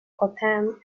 gotham